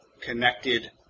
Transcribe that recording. connected